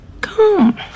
Come